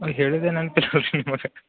ಅವ್ರು ಹೇಳಿದ್ದೆ ನೆನ್ಪು ಇಲ್ಲ ಅವ್ರು ನಿಮ್ಮೋರೆ